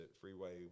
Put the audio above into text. Freeway